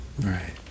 Right